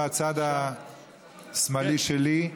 בצד השמאלי שלי,